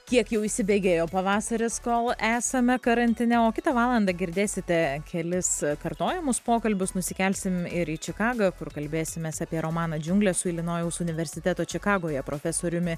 kiek jau įsibėgėjo pavasaris kol esame karantine o kitą valandą girdėsite kelis kartojamus pokalbius nusikelsim ir į čikagą kur kalbėsimės apie romaną džiunglės su ilinojaus universiteto čikagoje profesoriumi